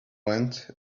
went